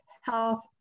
health